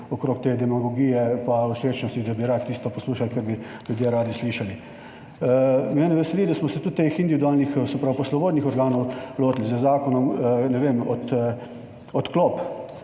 okrog te demagogije, pa všečnosti, da bi radi tisto poslušali, kar bi ljudje radi slišali. Mene veseli, da smo se tudi teh individualnih, se pravi poslovodnih organov lotili z zakonom. Ne vem, od, odklop